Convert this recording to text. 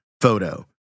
photo